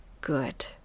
good